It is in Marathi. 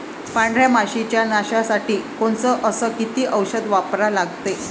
पांढऱ्या माशी च्या नाशा साठी कोनचं अस किती औषध वापरा लागते?